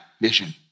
vision